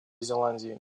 зеландии